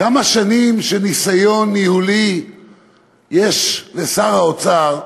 כמה שנים של ניסיון ניהולי יש לשר האוצר?